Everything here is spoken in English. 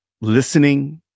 listening